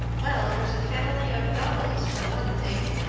well, there's a family of donnells, for one thing.